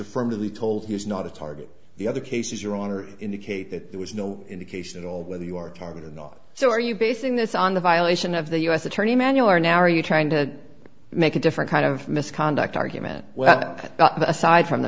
affirmatively told he was not a target the other cases your honor indicate that there was no indication at all whether you are a target in the uk so are you basing this on the violation of the u s attorney manual or now are you trying to make a different kind of misconduct argument well aside from the